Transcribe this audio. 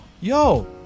Yo